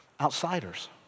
outsiders